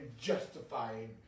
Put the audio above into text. justifying